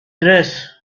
dress